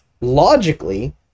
logically